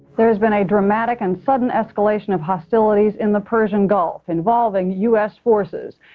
there has been a dramatic and sudden escalation of hostilities in the persian gulf involving u s. forces.